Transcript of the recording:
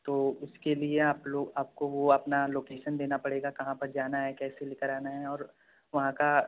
तो उसके लिए आप लोग आपको वो अपना लोकेसन देना पड़ेगा कहाँ पर जाना है कैसे लेकर आना है और वहाँ का